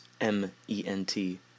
M-E-N-T